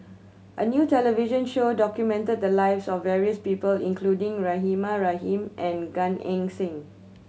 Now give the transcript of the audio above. a new television show documented the lives of various people including Rahimah Rahim and Gan Eng Seng